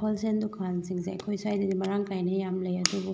wholesale ꯗꯨꯀꯥꯟꯁꯤꯡꯁꯦ ꯑꯩꯈꯣꯏ ꯁ꯭ꯋꯥꯏꯗꯗꯤ ꯃꯔꯥꯡ ꯀꯥꯏꯅ ꯌꯥꯝ ꯂꯩ ꯑꯗꯨꯕꯨ